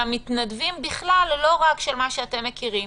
של המתנדבים בכלל, לא רק של מה שאתם מכירים.